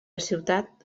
ciutat